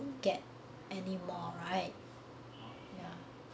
get anymore right